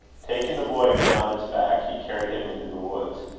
taking the boy again on his back, he carried him into the woods.